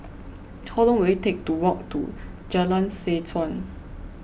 how long will it take to walk to Jalan Seh Chuan